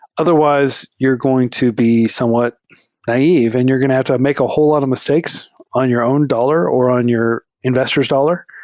otherw ise, you're going to be somewhat naive and you're going to have to make a whole lot of mis takes on your own dollar or on your investor's dollar,